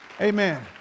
Amen